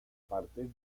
partir